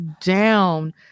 down